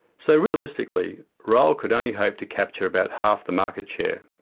so realistically, rail could only hope to capture about half the market share.